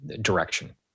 direction